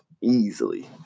Easily